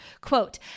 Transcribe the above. Quote